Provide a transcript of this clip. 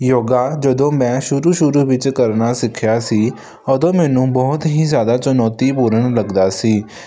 ਯੋਗਾ ਜਦੋਂ ਮੈਂ ਸ਼ੁਰੂ ਸ਼ੁਰੂ ਵਿੱਚ ਕਰਨਾ ਸਿੱਖਿਆ ਸੀ ਉਦੋਂ ਮੈਨੂੰ ਬਹੁਤ ਹੀ ਜ਼ਿਆਦਾ ਚੁਣੌਤੀਪੂਰਨ ਲੱਗਦਾ ਸੀ